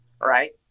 Right